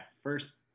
first